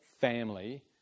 family